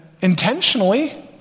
intentionally